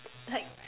like